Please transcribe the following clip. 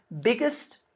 biggest